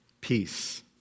Peace